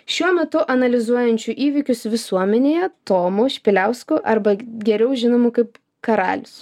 šiuo metu analizuojančiu įvykius visuomenėje tomu špiliausku arba geriau žinomu kaip karalius